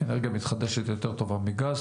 שאנרגיה מתחדשת יותר טובה מגז.